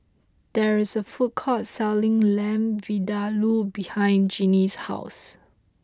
there is a food court selling Lamb Vindaloo behind Jeanine's house